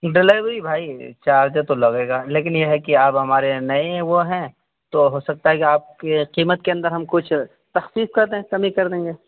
delivery بھائی charge تو لگے گا لیکن یہ ہے کہ آپ ہمارے یہاں نئے وہ ہیں تو ہو سکتا ہے کہ آپ کی قیمت کے اندر ہم کچھ تخفیف کر دیں کمی کر دیں گے